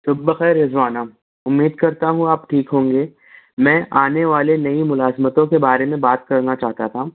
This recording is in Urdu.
شب بخیر رضوانہ اُمید کرتا ہوں آپ ٹھیک ہوں گے میں آنے والے نئی ملازمتوں کے بارے میں بات کرنا چاہتا تھا